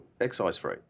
excise-free